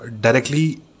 directly